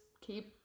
keep